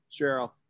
Cheryl